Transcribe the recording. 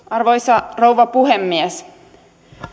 arvoisa rouva puhemies